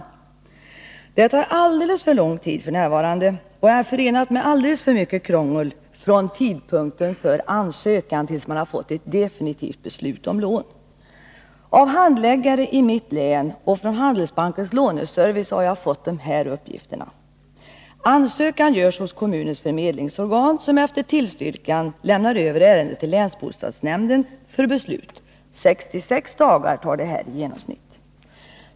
Ansökningsförfarandet tar alldeles för lång tid f. n. och är förenat med alldeles för mycket krångel från tidpunkten för ansökan tills man fått ett definitivt beslut om lånet. Av handläggare i mitt län och från Handelsbankens låneservice har jag fått följande uppgifter: Ansökan görs hos kommunens förmedlingsorgan, som efter tillstyrkan lämnar över ärendet till länsbostadsnämnden för beslut. 66 dagar tar detta i genomsnitt.